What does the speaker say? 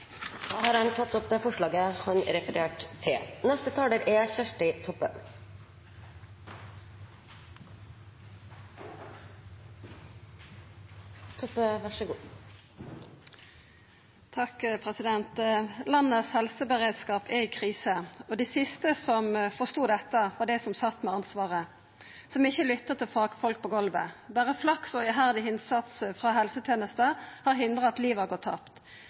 det forslaget han refererte til. Landets helseberedskap er i krise, og dei siste som forstod dette, var dei som sat med ansvaret, som ikkje lytta til fagfolk på golvet. Berre flaks og iherdig innsats frå helsetenesta har hindra at liv har gått tapt.